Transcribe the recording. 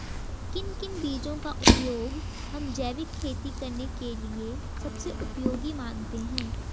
किन किन बीजों का उपयोग हम जैविक खेती करने के लिए सबसे उपयोगी मानते हैं?